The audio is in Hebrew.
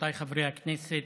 רבותיי חברי הכנסת,